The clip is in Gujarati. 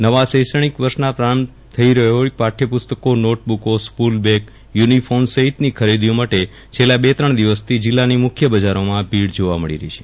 નવા શૈક્ષણિક વર્ષના પ્રારંભ થઇ રહ્યો હોઈ પાઠ્યપુસ્તકો નોટબુકો સ્કૂલબેગ યુનિફોર્મ સહિતની ખરીદીઓ માટે છેલ્લા બે ત્રણ દિવસથી જીલ્લાની મુખ્ય બજારોમાં ભીડ જોવા મળી રહી છે